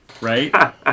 Right